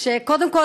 קודם כול,